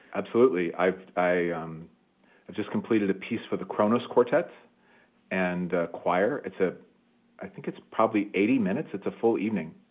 absolutely. i've i um i've just completed a piece for the kronos quartet and choir. it's a i think it's probably eighty minutes. it's a full evening.